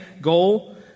goal